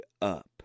up